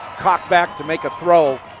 cock back to make a throw.